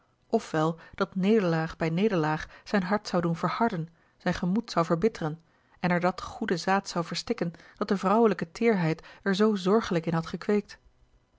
wel dat nederlaag bij nederlaag zijn hart zou doen verharden zijn gemoed zou verbitteren en er dat goede zaad zou verstikken dat de vrouwelijke teêrheid er zoo zorgelijk in had gekweekt